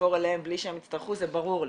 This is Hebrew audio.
יעבור אליהן בלי שהן יצטרכו זה ברור לי.